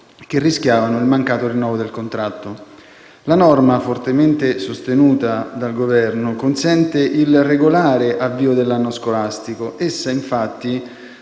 che rischiavano il mancato rinnovo del contratto. La norma, fortemente sostenuta dal Governo, consente il regolare avvio dell'anno scolastico. Essa, infatti,